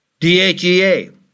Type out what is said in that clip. DHEA